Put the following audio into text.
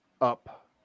up